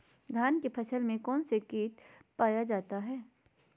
धान की फसल में कौन सी किट पाया जाता है?